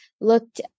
looked